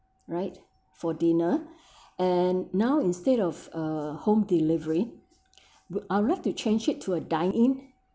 right for dinner and now instead of uh home delivery I would like to change it to a dine in